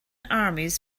armies